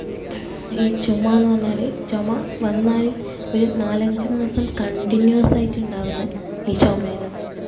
ഈ ചുമയെന്നു പറഞ്ഞാൽ ചുമ വന്നാൽ ഒരു നാലഞ്ച് മാസം കണ്ടിന്യുവസായിട്ടുണ്ടാകുന്നു ഈ ചുമയെല്ലാം